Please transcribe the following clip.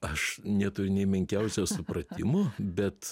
aš neturiu nė menkiausio supratimo bet